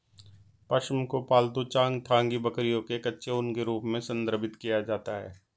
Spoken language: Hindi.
पश्म को पालतू चांगथांगी बकरियों के कच्चे ऊन के रूप में संदर्भित किया जाता है